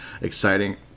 Exciting